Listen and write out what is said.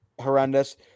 Horrendous